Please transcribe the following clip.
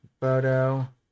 photo